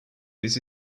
this